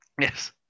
Yes